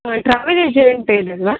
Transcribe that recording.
ಹಾಂ ಟ್ರಾವೆಲ್ ಏಜಂಟೇನು ಅಲ್ವಾ